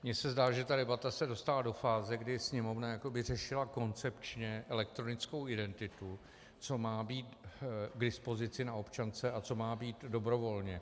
Mně se zdá, že debata se dostává do fáze, kdy Sněmovna jakoby řešila koncepčně elektronickou identitu, co má být k dispozici na občance a co má být dobrovolně.